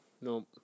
No